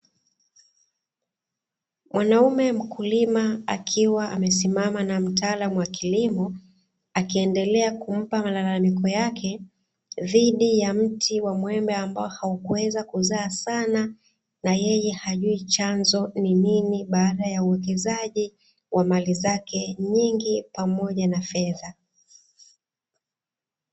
Mwaunaume mkulima akiwa amesimama na mtaalamu wa kilimo akiendelea kumpa malalamiko yake dhidi ya mti wa muembe, ambao haukuweza kuzaa sana na yeye hajui chanzo ni nini baada ya uwekezaji wa mali zake nyingi pamoja na fedha.